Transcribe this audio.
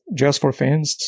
justforfans